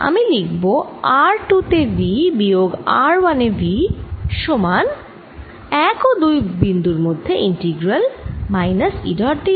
আমি লিখব r 2 তে v বিয়োগ r 1 এ v সমান 1 ও 2 বিন্দুর মধ্যে integral minus E dot d l